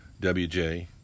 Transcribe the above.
WJ